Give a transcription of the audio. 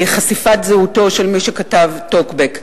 חשיפת זהותו של מי שכתב טוקבק?